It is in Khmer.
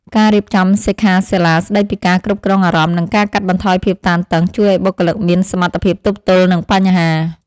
ការរៀបចំសិក្ខាសាលាស្តីពីការគ្រប់គ្រងអារម្មណ៍និងការកាត់បន្ថយភាពតានតឹង ជួយឱ្យបុគ្គលិកមានសមត្ថភាពទប់ទល់នឹងបញ្ហា។